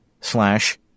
slash